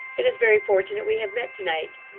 it is very fortunate we have met to-night.